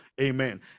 Amen